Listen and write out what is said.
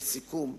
לסיכום,